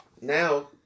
Now